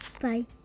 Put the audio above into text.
Bye